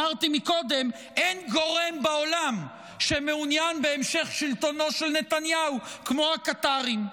אין גורם בעולם שמעוניין בהמשך שלטונו של נתניהו כמו הקטארים.